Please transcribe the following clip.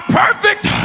perfect